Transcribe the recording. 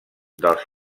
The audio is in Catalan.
dels